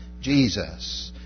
Jesus